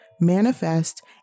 manifest